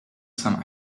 some